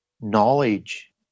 knowledge